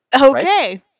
Okay